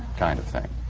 kind of thing.